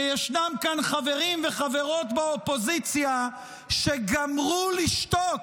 שישנם כאן חברים וחברות באופוזיציה שגמרו לשתוק,